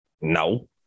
No